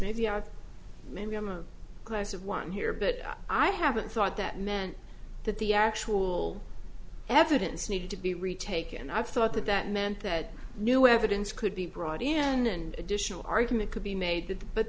maybe are maybe i'm a close of one here but i haven't thought that meant that the actual evidence needed to be retaken and i thought that that meant that new evidence could be brought in and additional argument could be made that but